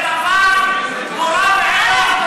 זה דבר נורא ואיום,